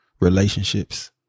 relationships